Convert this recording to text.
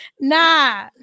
Nah